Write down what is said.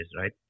right